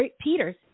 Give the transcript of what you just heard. Peters